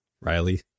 Riley